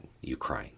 Ukraine